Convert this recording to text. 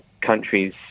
countries